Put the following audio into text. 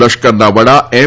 લશ્કરના વડા એમ